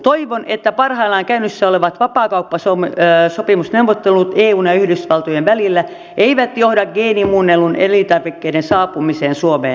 toivon että parhaillaan käynnissä olevat vapaakauppasopimusneuvottelut eun ja yhdysvaltojen välillä eivät johda geenimuunneltujen elintarvikkeiden saapumiseen suomeen